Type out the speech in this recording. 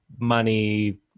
money